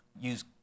use